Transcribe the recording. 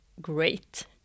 great